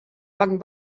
banc